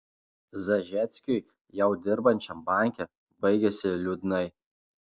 zažeckiui jau dirbančiam banke baigėsi liūdnai